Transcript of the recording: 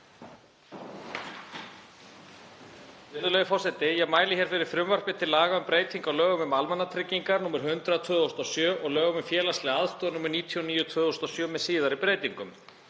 Virðulegi forseti. Ég mæli hér fyrir frumvarpi til laga um breytingu á lögum um almannatryggingar, nr. 100/2007, og lögum um félagslega aðstoð, nr. 99/2007, með síðari breytingum.